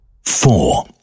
Four